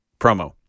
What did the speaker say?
promo